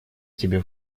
тебе